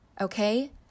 okay